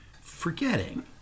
Forgetting